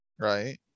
right